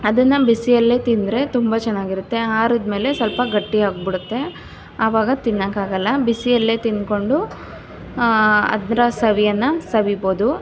ಅದನ್ನು ಬಿಸಿಯಲ್ಲೇ ತಿಂದರೆ ತುಂಬ ಚೆನ್ನಾಗಿರುತ್ತೆ ಆರಿದ್ಮೇಲೆ ಸ್ವಲ್ಪ ಗಟ್ಟಿಯಾಗ್ಬಿಡುತ್ತೆ ಆವಾಗ ತಿನ್ನಕ್ಕಾಗಲ್ಲ ಬಿಸಿಯಲ್ಲೇ ತಿನ್ಕೊಂಡು ಅದರ ಸವಿಯನ್ನು ಸವಿಬೋದು